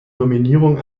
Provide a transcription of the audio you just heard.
nominierung